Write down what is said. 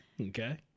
Okay